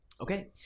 Okay